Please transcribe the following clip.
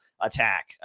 attack